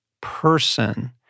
person